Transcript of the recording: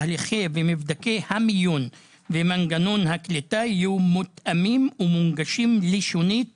תהליכי ומבדקי המיון ומנגנון הקליטה יהיו מותאמים ומונגשים לשונית